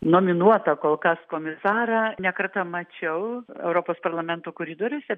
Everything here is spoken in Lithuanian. nominuotą kol kas komisarą ne kartą mačiau europos parlamento koridoriuose